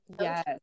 Yes